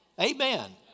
amen